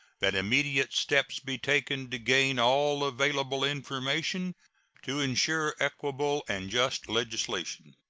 that immediate steps be taken to gain all available information to insure equable and just legislation.